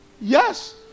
Yes